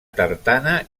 tartana